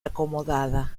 acomodada